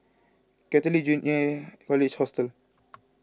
Catholic Junior College Hostel